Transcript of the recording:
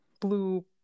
blue